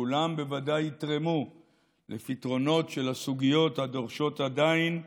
כולם בוודאי יתרמו לפתרונות של הסוגיות הדורשות עדיין פתרון,